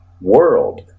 world